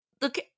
look